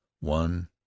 One